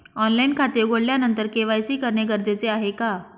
Online खाते उघडल्यानंतर KYC करणे गरजेचे आहे का?